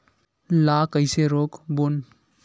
ला कइसे रोक बोन?